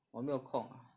我没有空啊